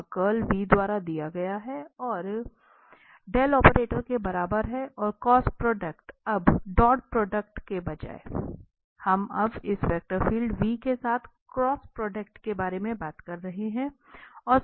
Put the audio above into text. यह कर्ल द्वारा दिया गया है और के बराबर है और क्रॉस प्रोडक्ट अब डॉट प्रोडक्ट के बजाय अब हम इस वेक्टर फील्ड के साथ क्रॉस प्रोडक्ट के बारे में बात कर रहे हैं